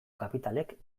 kapitalek